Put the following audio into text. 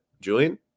Julian